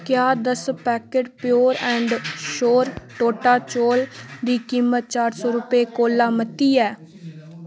क्या दस packet pure and sure टोटा चौल दी कीमत चार सौ रपेऽ कोला मती ऐ